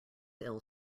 ill